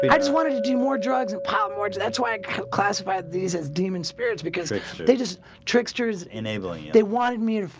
but i just wanted to do more drugs and power boards that's why i classify these as demon spirits because they just tricksters enabling. they wanted me.